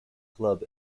club